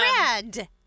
red